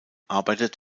arbeitet